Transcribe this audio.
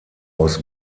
aus